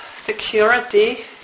security